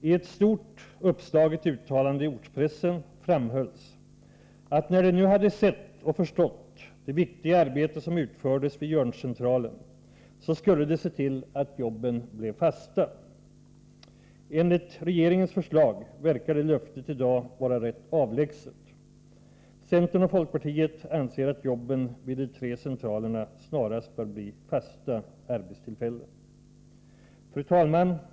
I ett stort uppslaget uttalande i ortspressen framhölls att när de nu hade sett och förstått det viktiga arbete som utfördes vid Jörncentralen, skulle de se till att jobben blev fasta. Enligt regeringens förslag verkar det löftet i dag vara rätt avlägset. Centern och folkpartiet anser att jobben vid de tre centralerna snarast bör bli fasta arbetstillfällen. Fru talman!